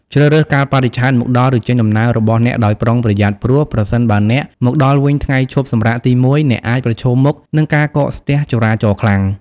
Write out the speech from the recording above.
ជ្រើសរើសកាលបរិច្ឆេទមកដល់ ឬចេញដំណើររបស់អ្នកដោយប្រុងប្រយ័ត្ន ព្រោះ ប្រសិនបើអ្នកមកដល់វិញថ្ងៃឈប់សម្រាកទីមួយ អ្នកអាចប្រឈមមុខនឹងការកកស្ទះចរាចរណ៍ខ្លាំង។